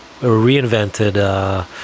reinvented